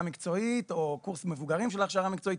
מקצועית או קורס מבוגרים של הכשרה מקצועית.